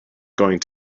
going